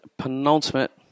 penultimate